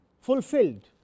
fulfilled